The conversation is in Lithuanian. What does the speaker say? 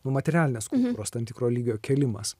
materialinės kultūros tam tikro lygio kėlimas